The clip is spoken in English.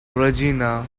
regina